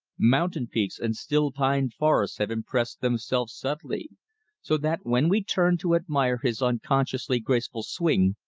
mountain peaks and still pine forests have impressed themselves subtly so that when we turn to admire his unconsciously graceful swing,